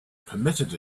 permitted